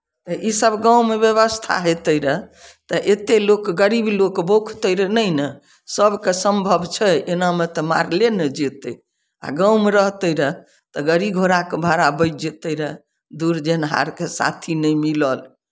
तऽ इसभ गाँवमे व्यवस्था होइतै रहए तऽ एतएक लोक गरीब लोक बोखतरि नहि ने सभकेँ सम्भव छै एनामे तऽ मारले ने जयतै आ गाँवमे रहतै रहए तऽ गाड़ी घोड़ाके भाड़ा बचि जयतै रहए दूर जेनहारके साथी नहि मिलल